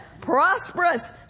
prosperous